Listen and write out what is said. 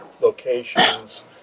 locations